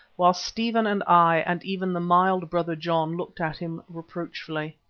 while stephen and i and even the mild brother john looked at him reproachfully.